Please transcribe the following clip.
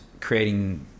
creating